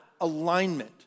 alignment